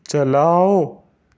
چلاؤ